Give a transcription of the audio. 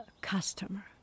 customer